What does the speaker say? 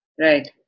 right